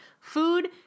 Food